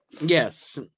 Yes